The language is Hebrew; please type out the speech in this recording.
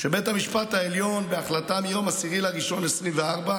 שבית המשפט העליון, בהחלטה מיום 10 בינואר 2024,